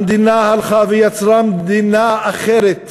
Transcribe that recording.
המדינה הלכה ויצרה מדינה אחרת,